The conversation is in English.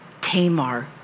Tamar